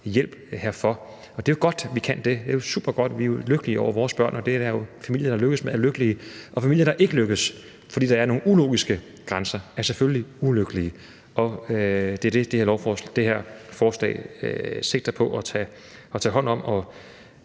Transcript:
hjælp hertil. Og det er jo godt, vi kan det; det er jo supergodt. Vi er jo lykkelige over vores børn, og familier, der er lykkedes med det, er lykkelige, og familier, der ikke lykkes med det, fordi der er nogle ulogiske grænser, er selvfølgelig ulykkelige. Det er det, det her forslag sigter på at tage hånd om.